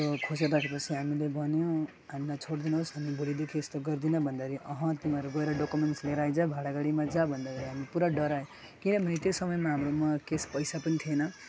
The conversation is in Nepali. त खोसेर राखेपछि हामीले भन्यौँ हामीलाई छोडिदिनुहोस् हामी भोलिदेखि यस्तो गर्दिनँ भन्दाखेरि अहँ तिमीहरू गएर डकुमेन्ट्स लिएर आइज भाडा गाडीमा जा भन्दाखेरि हामी पुरा डरायो किनभने त्यो समयमा हाम्रोमा केस पैसा पनि थिएन